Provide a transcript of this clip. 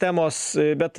temos bet